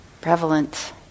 prevalent